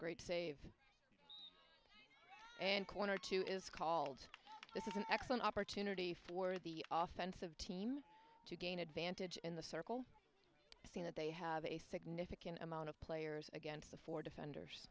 great save and corner to is called this is an excellent opportunity for the office of team to gain advantage in the circle scene that they have a significant amount of players against the four defenders